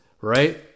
right